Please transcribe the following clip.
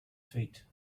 feet